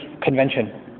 convention